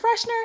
freshener